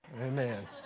amen